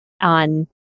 on